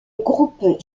groupe